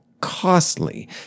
costly